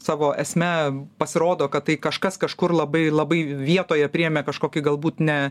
savo esme pasirodo kad tai kažkas kažkur labai labai vietoje priėmė kažkokį galbūt ne